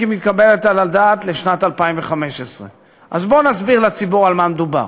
מתקבלת על הדעת לשנת 2015. אז בואו נסביר לציבור על מה מדובר: